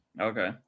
Okay